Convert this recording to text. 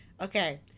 Okay